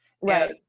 Right